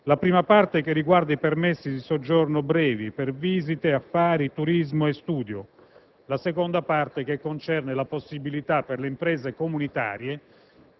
la prima parte riguarda i permessi di soggiorno brevi, per visite, affari, turismo e studio, la seconda parte concerne la possibilità per le imprese comunitarie